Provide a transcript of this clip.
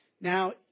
Now